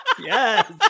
Yes